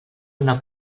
una